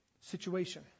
situation